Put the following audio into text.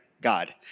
God